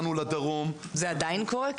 זה עדיין קורה?